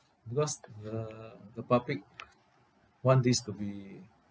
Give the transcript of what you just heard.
because the the public want this to be